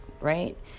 right